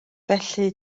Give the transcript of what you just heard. felly